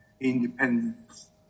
independence